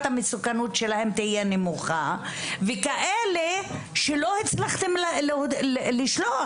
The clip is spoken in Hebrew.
המסוכנות שלהם תהיה נמוכה ויהיו כאלה שלא הצלחתם לשלוח